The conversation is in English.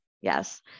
Yes